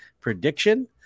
prediction